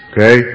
Okay